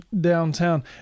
downtown